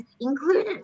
included